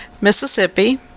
Mississippi